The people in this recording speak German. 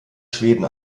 schweden